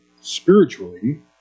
spiritually